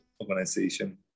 organization